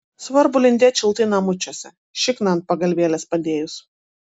svarbu lindėt šiltai namučiuose šikną ant pagalvėlės padėjus